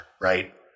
right